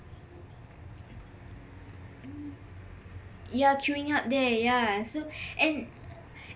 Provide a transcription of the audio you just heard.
yah queueing up there yah so and